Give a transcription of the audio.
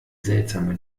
seltsame